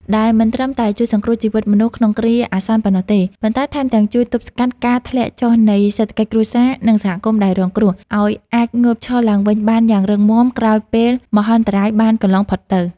ដែលមិនត្រឹមតែជួយសង្គ្រោះជីវិតមនុស្សក្នុងគ្រាអាសន្នប៉ុណ្ណោះទេ ប៉ុន្តែថែមទាំងជួយទប់ស្កាត់ការធ្លាក់ចុះនៃសេដ្ឋកិច្ចគ្រួសារ និងសហគមន៍ដែលរងគ្រោះ ឱ្យអាចងើបឈរឡើងវិញបានយ៉ាងរឹងមាំក្រោយពេលមហន្តរាយបានកន្លងផុតទៅ។